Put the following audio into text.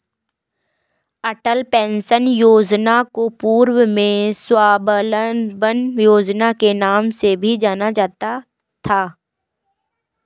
अटल pension योजना को पूर्व में स्वाबलंबन योजना के नाम से भी जाना जाता था